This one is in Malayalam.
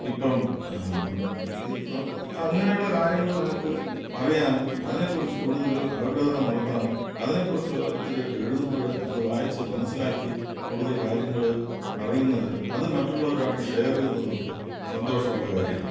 ഇപ്പം അങ്ങനെയുള്ള കാര്യങ്ങൾ നമുക്ക് അറിയാനും അതിനെ കുറിച്ച് കൂടുതൽ അപഗ്രഥനം നടത്താനും അതിനെ കുറിച്ച് ഓരോരുത്തർ എഴുതുമ്പഴ് അത് വായിച്ചു മനസ്സിലാക്കി കൂടുതൽ കാര്യങ്ങൾ അറിയുന്നതിനും അത് മറ്റുള്ളവരുമായിട്ട് ഷെയർ ചെയ്യുന്നതുമൊക്കെ സന്തോഷമുള്ള കാര്യമാണ്